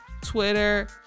twitter